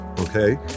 okay